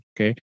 Okay